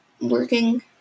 working